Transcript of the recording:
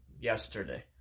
yesterday